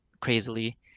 crazily